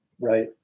Right